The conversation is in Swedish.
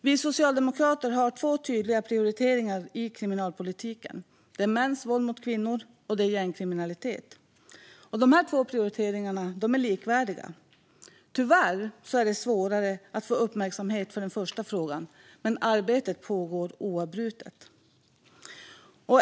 Vi socialdemokrater har två tydliga prioriteringar i kriminalpolitiken: mäns våld mot kvinnor och gängkriminalitet. Dessa två prioriteringar är likvärdiga. Tyvärr är det svårare att få uppmärksamhet för den första frågan, men arbetet pågår oavbrutet.